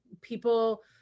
people